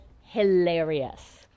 hilarious